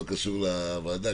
לא קשור לוועדה.